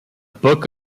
book